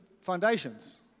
foundations